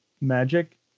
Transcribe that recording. magic